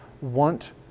want